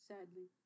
Sadly